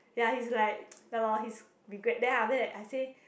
ya he's like ya lor he's regret then after that I say